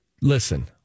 Listen